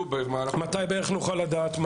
מתי בערך נוכל לדעת?